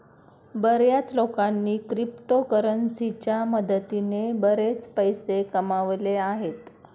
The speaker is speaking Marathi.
बर्याच लोकांनी क्रिप्टोकरन्सीच्या मदतीने बरेच पैसे कमावले आहेत